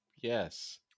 Yes